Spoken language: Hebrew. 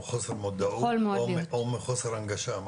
מחוסר מודעות או מחוסר הנגשה?